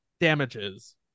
Damages